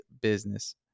business